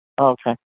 Okay